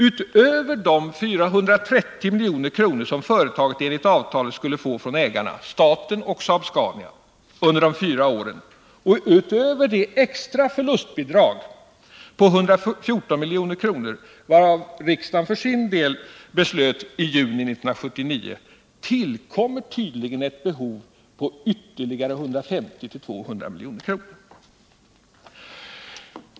Utöver de 430 milj.kr. som företaget enligt avtalet skulle få från ägarna — staten och Saab-Scania — under de fyra åren och utöver det extra förlustbidraget på 114 milj.kr., varom riksdagen för sin del beslöt i juni 1979, tillkommer tydligen ytterligare behov på 150-200 milj.kr.